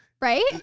Right